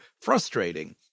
frustrating